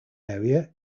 area